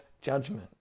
judgment